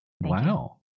Wow